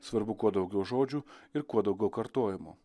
svarbu kuo daugiau žodžių ir kuo daugiau kartojimo